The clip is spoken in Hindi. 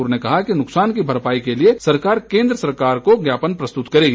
उन्होंने कहा कि नुकसान की भरपाई के लिए सरकार केंद्र को ज्ञापन प्र स्तुत करेगी